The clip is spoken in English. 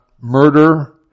murder